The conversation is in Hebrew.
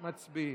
אין,